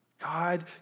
God